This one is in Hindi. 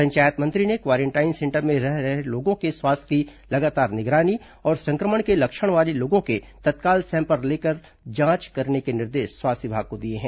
पंचायत मंत्री ने क्वारेंटाइन सेंटर में रह रहे लोगों के स्वास्थ्य की लगातार निगरानी और संक्रमण के लक्षण वाले लोगों के तत्काल सैंपल लेकर जांच करने के निर्देश स्वास्थ्य विभाग को दिए हैं